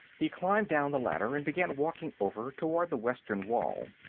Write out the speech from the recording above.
he climbed down the ladder and began walking over toward the western wall.